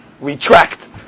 retract